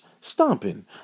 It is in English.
stomping